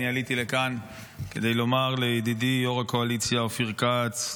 אני עליתי לכאן כדי לומר לידידי יו"ר הקואליציה אופיר כץ,